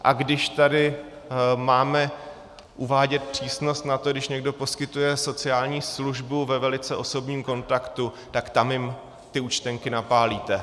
A když tady máme uvádět přísnost na to, když někdo poskytuje sociální službu ve velice osobním kontaktu, tak tam jim ty účtenky napálíte.